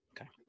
Okay